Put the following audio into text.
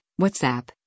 WhatsApp